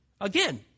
Again